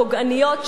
פוגעניות,